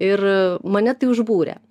ir mane tai užbūrė